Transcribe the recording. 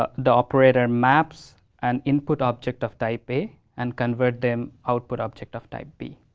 ah the operator maps and input object of type a, and convert them output object of type b.